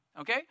Okay